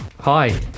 Hi